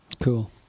Cool